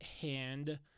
hand